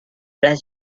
place